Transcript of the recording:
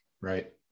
Right